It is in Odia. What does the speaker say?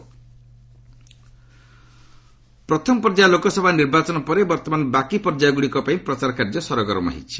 କ୍ୟାମ୍ପେନିଂ ପ୍ରଥମ ପର୍ଯ୍ୟାୟ ଲୋକସଭା ନିର୍ବାଚନ ପରେ ବର୍ତ୍ତମାନ ବାକି ପର୍ଯ୍ୟାୟଗୁଡ଼ିକ ପାଇଁ ପ୍ରଚାର କାର୍ଯ୍ୟ ସରଗରମ ହୋଇଛି